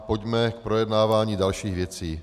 Pojďme k projednávání dalších věcí.